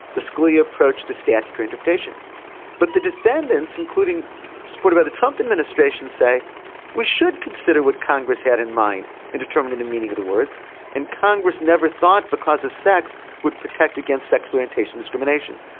the scalia approach to statutory interpretation but the defendants including sport about the trump administration say we should consider what congress had in mind in determining the meaning of the words in congress never thought because of sex would protect against sexual orientation discrimination.